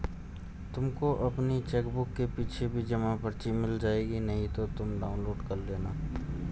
तुमको अपनी चेकबुक के पीछे भी जमा पर्ची मिल जाएगी नहीं तो तुम डाउनलोड कर लेना